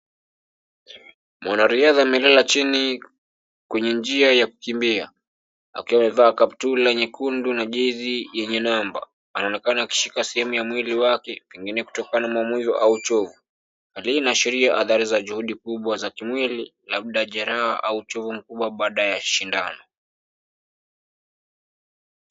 Mwanariadha amelala chini kwenye njia ya kukimbia, akiwa amevaa kaptula nyekundu na jezi yenye namba. Anaonekana akishika sehemu ya mwili wake, pengine kutokana na maumivu au uchovu. Hali hii inaashiria athari za juhudi kubwa za kimwili, labda jeraha au uchungu baada ya shindano.